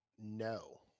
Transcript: No